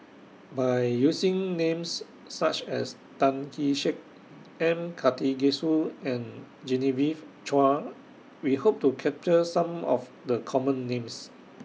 By using Names such as Tan Kee Sek M Karthigesu and Genevieve Chua We Hope to capture Some of The Common Names